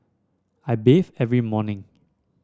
I bathe every morning